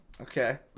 Okay